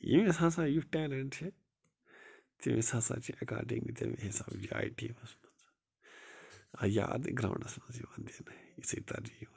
ییٚمِس ہسا یُتھ ٹیٚلنٹ چھُ تٔمِس ہسا چھِ ایٚکاڈنٛگ تمۍ حِساب جاے تہِ یِوان یادٕ گرٛاوُنٛڈس منٛز یِوان دِنہٕ یژھٕے ترجیح یِوان دِنہٕ